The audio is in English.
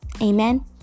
Amen